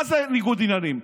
מה זה ניגוד עניינים,